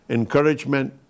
encouragement